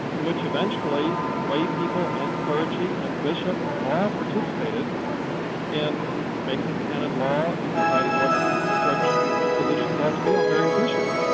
in which eventually lay people and clergy and bishops all participated in making canon law, in deciding what church positions ought to be on various issues.